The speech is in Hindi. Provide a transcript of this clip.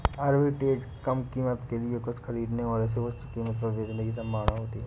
आर्बिट्रेज कम कीमत के लिए कुछ खरीदने और इसे उच्च कीमत पर बेचने की संभावना होती है